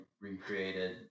recreated